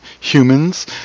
humans